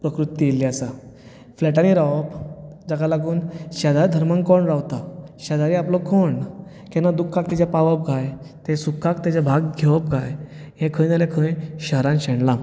प्रकृती येयिल्ली आसा फ्लॅटानी रावप ताका लागून शेजारधर्मान कोण रावता शेजारी आपलो कोण केन्ना दुखांत तुज्या पावत काय सुखांत ताचे भाग घेयत काय हें खंय ना जाल्यार खंय शहरांत शेणलां